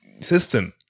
system